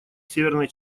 северной